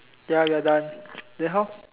ya ya we are done then how